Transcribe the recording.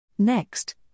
Next